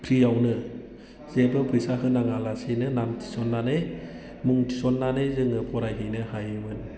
फ्रियावनो जेबो फैसा होनाङालासिनो नाम थिसननानै मुं थिसननानै जोङो फरायहैनो हायोमोन